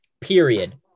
Period